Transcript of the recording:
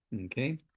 Okay